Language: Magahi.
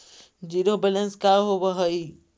जिरो बैलेंस का होव हइ?